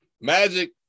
magic